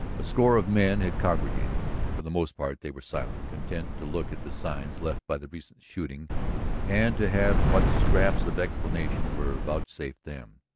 a score of men had congregated. for the most part they were silent, content to look at the signs left by the recent shooting and to have what scraps of explanation were vouchsafed them.